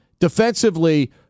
defensively